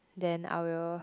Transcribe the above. then I will